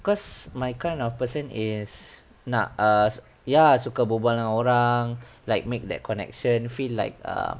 cause my kind of person is nak uh ya suka berbual dengan orang like make that connection feel like err